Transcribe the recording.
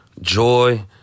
joy